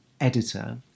editor